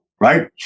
right